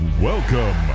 Welcome